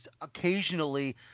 occasionally